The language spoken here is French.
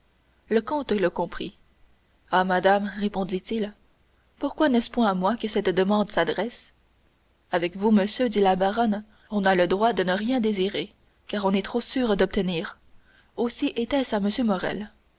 le comte le comprit ah madame répondit-il pourquoi n'est-ce point à moi que cette demande s'adresse avec vous monsieur dit la baronne on n'a le droit de ne rien désirer car on est trop sûre d'obtenir aussi était-ce à m